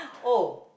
oh